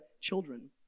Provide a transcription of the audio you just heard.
children